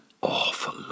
awful